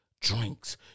drinks